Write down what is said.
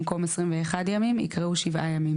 במקום "21 ימים" יקראו "שבעה ימים"